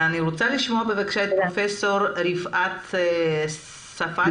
אני רוצה לשמוע, בבקשה, את מרכז רפואי כרמל חיפה,